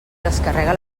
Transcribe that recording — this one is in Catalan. descarrega